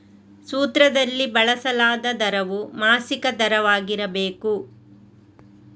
ಸೂತ್ರದಲ್ಲಿ ಬಳಸಲಾದ ದರವು ಮಾಸಿಕ ದರವಾಗಿರಬೇಕು